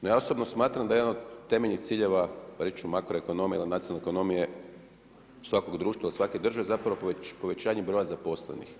No, ja osobno smatram da jedan od temeljnih ciljeva reći ću makro ekonomije ili nacionalne ekonomije svakog društva, svake države zapravo povećanje broja zaposlenih.